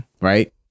Right